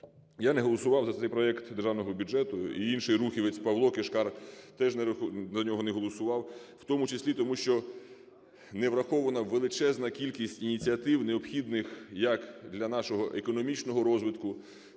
Я не голосував за цей проект Державного бюджету і інший рухівець – ПавлоКишкар теж за нього не голосував. В тому числі тому, що не врахована величезна кількість ініціатив необхідних як для нашого економічного розвитку,